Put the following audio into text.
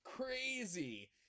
Crazy